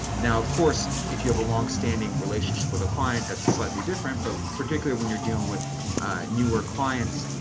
now of course, if you have a longstanding relationship with a client, that's slightly different, but particularly when you're dealing with newer clients,